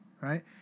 right